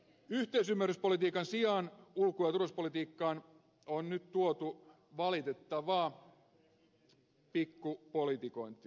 yhteisymmärryspolitiikan sijaan ulko ja turvallisuuspolitiikkaan on nyt tuotu valitettavaa pikkupolitikointia